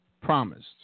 promised